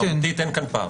מהותית אין כאן פער.